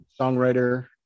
songwriter